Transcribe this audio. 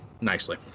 nicely